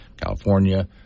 California